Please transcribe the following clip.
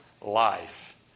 life